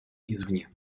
извне